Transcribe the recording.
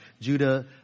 Judah